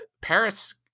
Paris